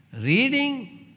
Reading